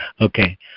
Okay